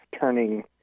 turning